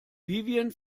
vivien